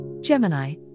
Gemini